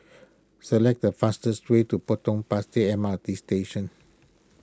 select the fastest way to Potong Pasir M R T Station